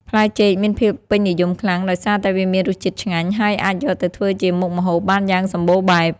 ផ្លែចេកមានភាពពេញនិយមខ្លាំងដោយសារតែវាមានរសជាតិឆ្ងាញ់ ហើយអាចយកទៅធ្វើជាមុខម្ហូបបានយ៉ាងសម្បូរបែប។